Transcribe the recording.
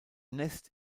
nest